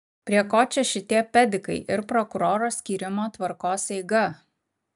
prie ko čia šitie pedikai ir prokuroro skyrimo tvarkos eiga